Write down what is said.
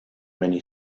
many